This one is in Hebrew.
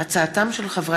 בהצעתם של חברי